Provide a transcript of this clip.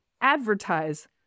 advertise